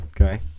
okay